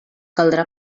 caldrà